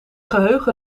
geheugen